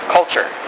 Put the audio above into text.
Culture